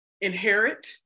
inherit